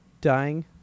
dying